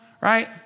right